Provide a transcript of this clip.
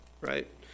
right